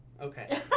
Okay